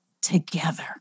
together